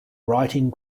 writing